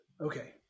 Okay